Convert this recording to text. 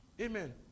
Amen